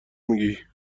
میگی